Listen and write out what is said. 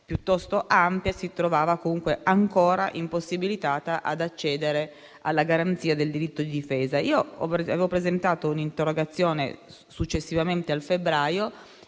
piuttosto ampia che si trovava comunque ancora impossibilitata ad accedere alla garanzia del diritto di difesa. Avevo presentato un'interrogazione successivamente a febbraio